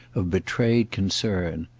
of betrayed concern.